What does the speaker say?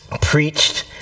preached